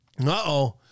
Uh-oh